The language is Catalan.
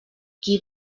qui